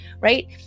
Right